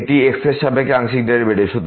এটি x এর সাপেক্ষে আংশিক ডেরিভেটিভ